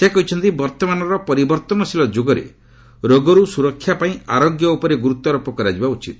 ସେ କହିଛନ୍ତି ବର୍ତ୍ତମାନର ପରିବର୍ତ୍ତନଶୀଳ ଯୁଗରେ ରୋଗରୁ ସୁରକ୍ଷାପାଇଁ ଆରୋଗ୍ୟ ଉପରେ ଗୁରୁତ୍ୱାରେପ କରାଯିବା ଉଚିତ